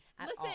Listen